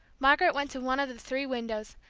margaret went to one of the three windows,